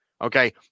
Okay